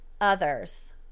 others